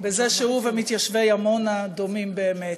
בזה שהוא ומתיישבי עמונה דומים באמת,